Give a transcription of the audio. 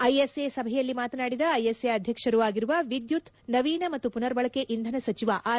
ISA ಸಭೆಯಲ್ಲಿ ಮಾತನಾಡಿದ ISA ಅಧ್ಯಕ್ಷರೂ ಆಗಿರುವ ವಿದ್ಯುತ್ ನವೀನ ಮತ್ತು ಪುನರ್ಬಳಕೆ ಇಂಧನ ಸಚಿವ ಆರ್